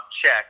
check